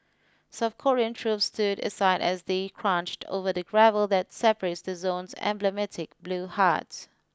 South Korean troops stood aside as they crunched over the gravel that separates the zone's emblematic blue huts